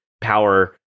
power